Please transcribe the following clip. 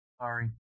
Sorry